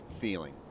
feeling